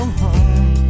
home